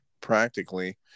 practically